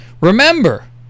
Remember